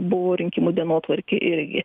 buvo rinkimų dienotvarkėj irgi